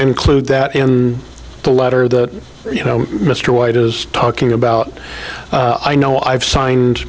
include that in the letter that you know mr white is talking about i know i have signed